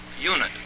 unit